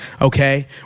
okay